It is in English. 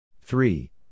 Three